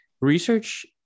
research